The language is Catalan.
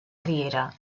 riera